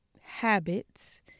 habits